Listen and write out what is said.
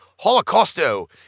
Holocausto